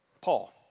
Paul